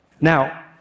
Now